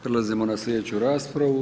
Prelazimo na sljedeću raspravu.